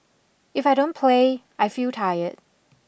if I don't play I feel tired